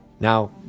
Now